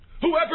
Whoever